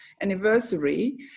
anniversary